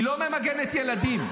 היא לא ממגנת ילדים.